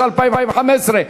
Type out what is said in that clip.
התשע"ה 2015,